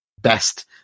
best